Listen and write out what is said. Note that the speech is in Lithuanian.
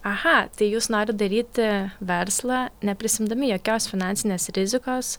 aha tai jūs norit daryti verslą neprisiimdami jokios finansinės rizikos